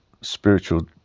spiritual